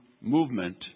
movement